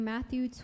Matthew